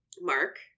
Mark